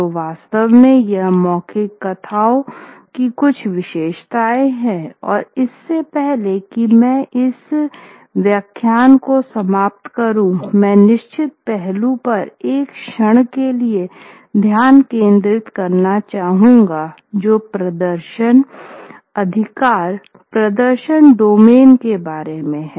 तो वास्तव में यह मौखिक कथाओं की कुछ विशेषताएं हैं और इससे पहले कि मैं इस व्याख्यान को समाप्त करूँ मैं एक निश्चित पहलु पर एक क्षण के लिए ध्यान केंद्रित करना चाहूंगा जो प्रदर्शन अधिकार प्रदर्शन डोमेन के बारे में है